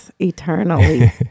eternally